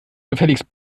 gefälligst